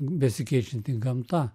besikeičianti gamta